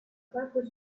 parte